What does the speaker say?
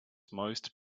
most